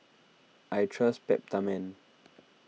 I trust Peptamen